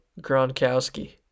Gronkowski